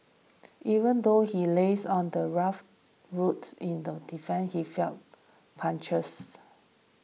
even though he lays on the rough road in them defeat he felt punches